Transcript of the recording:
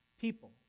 people